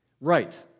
Right